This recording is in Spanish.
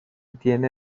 tiene